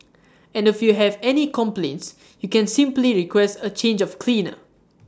and if you have any complaints you can simply request A change of cleaner